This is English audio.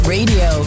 Radio